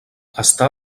està